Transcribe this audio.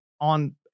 on